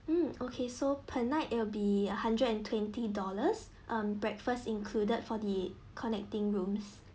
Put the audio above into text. mm okay so per night it'll be a hundred and twenty dollars um breakfast included for the connecting rooms